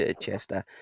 Chester